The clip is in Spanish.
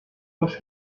dos